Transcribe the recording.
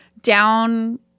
down